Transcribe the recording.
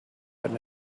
been